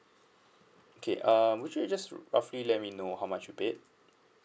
okay um would you just roughly let me know how much you paid